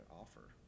offer